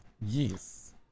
Yes